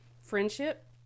friendship